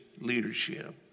leadership